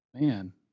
man